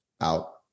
out